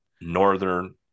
Northern